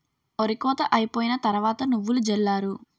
ఒరి కోత అయిపోయిన తరవాత నువ్వులు జల్లారు